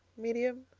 medium,